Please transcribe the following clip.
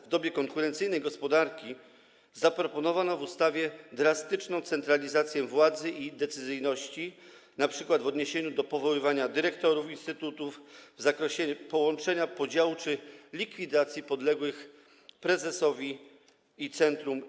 W dobie konkurencyjnej gospodarki w ustawie zaproponowano drastyczną centralizację władzy i decyzyjności, np. w odniesieniu do powoływania dyrektorów instytutów i w zakresie połączenia, podziału czy likwidacji instytutów podległych prezesowi i centrum.